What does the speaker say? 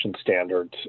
standards